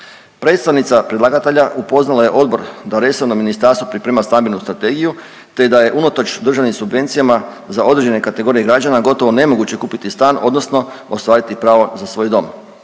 Predstavnica predlagatelja upoznala je odbor da resorno ministarstvo priprema stambenu strategiju, te da je unatoč državnim subvencijama za određene kategorije građana gotovo nemoguće kupiti stan odnosno ostvariti pravo za svoj dom.